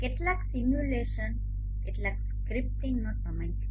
કેટલાક સિમ્યુલેશન કેટલાક સ્ક્રિપ્ટીંગનો સમય છે